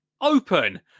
open